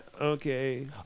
Okay